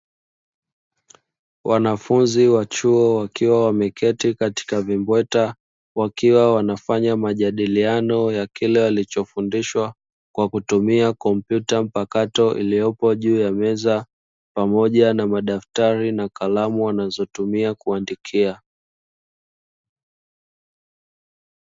Wanafunzi wa chuo wakiwa wameketi katika vimbweta wakiwa wanafanya majadiliano ya kile walichofundishwa, kwa kutumia kompyuta mpakato iliyopo juu ya meza, pamoja na madaftari na kalamu wanazotumia kuandikia.